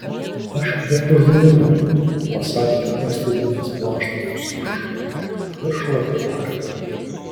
aš kvepiu žuvimi pasakė uostydamas plaštakos viršų ir šlapiu arkliu